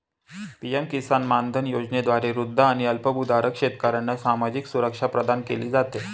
PM Kisan Maandhan योजनेद्वारे वृद्ध आणि अल्पभूधारक शेतकऱ्यांना सामाजिक सुरक्षा प्रदान केली जाते